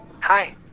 Hi